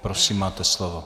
Prosím, máte slovo.